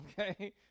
Okay